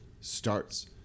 starts